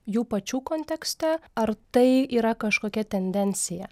jų pačių kontekste ar tai yra kažkokia tendencija